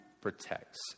protects